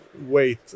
wait